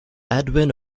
edwin